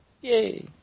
Yay